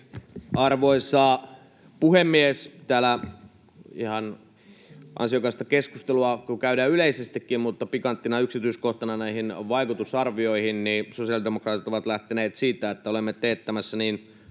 Arvoisa puhemies! Täällä ihan ansiokasta keskustelua käydään kyllä yleisestikin, mutta pikanttina yksityiskohtana näihin vaikutusarvioihin: sosiaalidemokraatit ovat lähteneet siitä, että olemme teettämässä niin